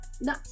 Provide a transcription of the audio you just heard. No